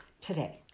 today